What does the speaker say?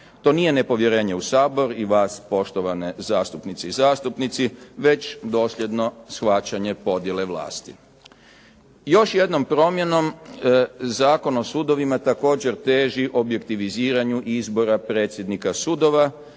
To nije nepovjerenje u Sabor i vas poštovane zastupnice i zastupnici, već dosljedno shvaćanje podjele vlasti. Još jednom promjenom Zakon o sudovima također teži objektiviziranju izbora predsjednika sudova.